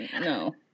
no